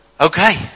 okay